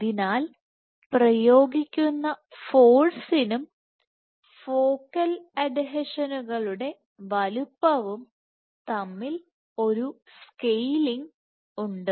അതിനാൽ പ്രയോഗിക്കുന്ന ഫോഴ്സിനും ഫോക്കൽ അഡ്ഹീഷനുകളുടെ വലുപ്പവുംതമ്മിൽ ഒരു സ്കെയിലിംഗ് ഉണ്ട്